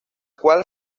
cual